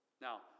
Now